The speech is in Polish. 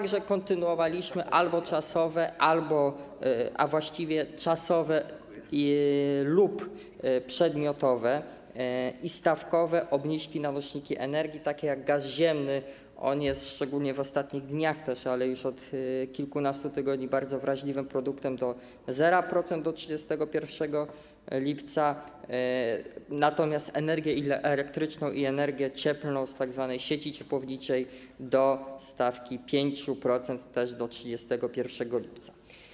Kontynuowaliśmy albo czasowe, a właściwie czasowe lub przedmiotowe i stawkowe obniżki na nośniki energii, takie jak gaz ziemny - on jest szczególnie w ostatnich dniach, ale już od kilkunastu tygodni, bardzo wrażliwym produktem - do 0% do 31 lipca, natomiast energię elektryczną i energię cieplną z tzw. sieci ciepłowniczej do stawki 5% też do 31 lipca.